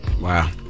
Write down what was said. Wow